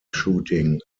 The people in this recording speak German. shooting